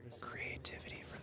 Creativity